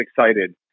excited